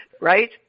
right